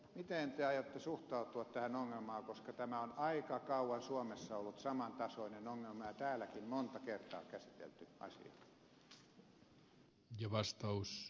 miten te aiotte suhtautua tähän ongelmaan koska tämä on aika kauan suomessa ollut samantasoinen ongelma ja täälläkin monta kertaa käsitelty asia